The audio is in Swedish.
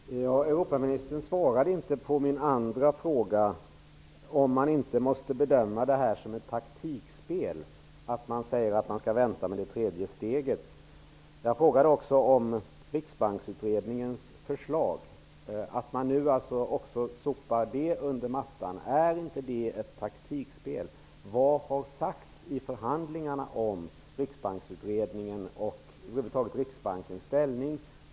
Herr talman! Europaministern svarade inte på min andra fråga, om det inte måste bedömas som ett taktikspel när man säger att vi skall vänta med det tredje steget. Jag frågade också om Riksbanksutredningens förslag: Är det inte ett taktikspel att man sopar det under mattan? Vad har sagts i förhandlingarna om Riksbanksutredningen och över huvud taget Riksbankens ställning?